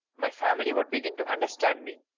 my family would be gin to understand me.